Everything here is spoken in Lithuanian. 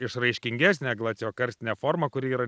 išraiškingesnė glaciokarstinė forma kuri yra